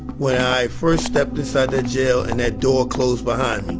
when i first stepped inside that jail and that door closed behind me,